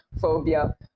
phobia